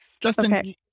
Justin